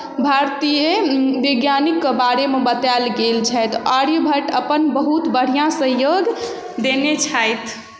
भारतीय वैज्ञानिकके बारेमे बतायल गेल छथि आर्यभट्ट अपन बहुत बढ़िआँ सहयोग देने छथि